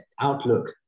outlook